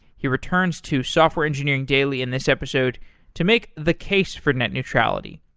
he returns to software engineering daily in this episode to make the case for net neutrality.